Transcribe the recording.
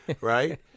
right